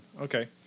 Okay